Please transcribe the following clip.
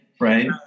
right